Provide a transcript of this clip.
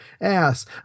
ass